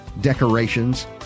decorations